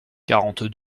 quarante